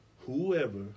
whoever